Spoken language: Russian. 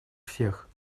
всех